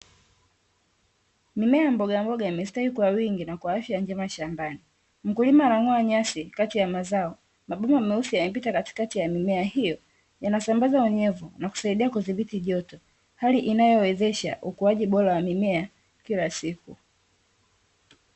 Mimea ya mbogamboga imestawi kwa wingi na kwa afya njema shambani. Mkulima anang'oa nyasi kati ya mazao. Mabomba meusi yamepita katikati ya mimea hiyo, yanasambaza unyevu na kusaidia kudhibiti joto, hali inayowezesha ukuaji bora wa mimea kila siku.